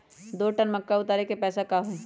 दो टन मक्का उतारे के पैसा का होई?